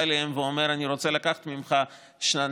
אליהם ואומר: אני רוצה לקחת ממך שנה,